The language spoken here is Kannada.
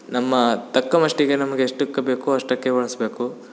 ನಮ್ಮ ತಕ್ಕ ಮಟ್ಟಿಗೆ ನಮ್ಗ ಎಷ್ಟಕ್ಕೆ ಬೇಕೋ ಅಷ್ಟಕ್ಕೆ ಬಳಸಬೇಕು